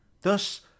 Thus